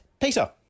Peter